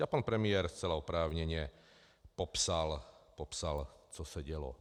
A pan premiér zcela oprávněně popsal, co se dělo.